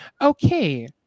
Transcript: okay